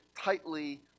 tightly